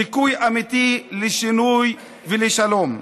סיכוי אמיתי לשינוי ולשלום.